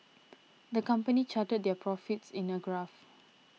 the company charted their profits in a graph